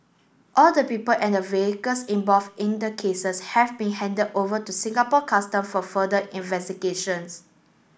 all the people and the vehicles involved in the cases have been handed over to Singapore Custom for further investigations